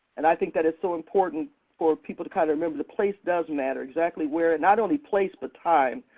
and i think that is so important for people to kind of remember that place does matter. exactly where, not only place, but time.